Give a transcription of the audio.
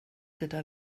gyda